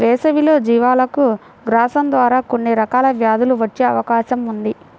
వేసవిలో జీవాలకు గ్రాసం ద్వారా కొన్ని రకాల వ్యాధులు వచ్చే అవకాశం ఉంది